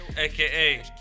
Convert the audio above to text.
aka